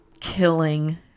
killing